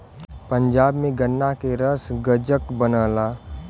पंजाब में गन्ना के रस गजक बनला